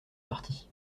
partis